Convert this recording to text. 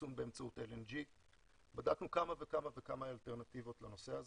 ואחסון באמצעות LNG. בדקנו כמה וכמה וכמה אלטרנטיבות לנושא הזה.